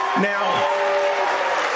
Now